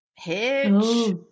Hitch